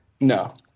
No